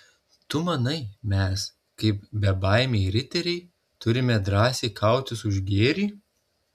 tu manai mes kaip bebaimiai riteriai turime drąsiai kautis už gėrį